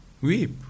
Weep